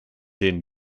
denen